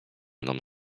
mną